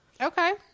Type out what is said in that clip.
Okay